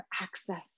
access